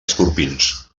escorpins